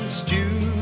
stew